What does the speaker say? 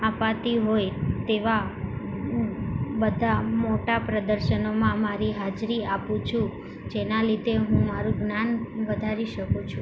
અપાતી હોય તેવાં બધાં મોટાં પ્રદર્શનોમાં મારી હાજરી આપું છું જેના લીધે હું મારું જ્ઞાન વધારી શકું છું